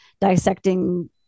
dissecting